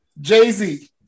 Jay-Z